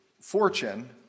fortune